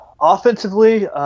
offensively